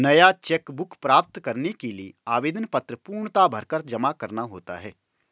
नया cheque book प्राप्त करने के लिए आवेदन पत्र पूर्णतया भरकर जमा करना होता है